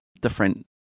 different